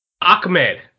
Ahmed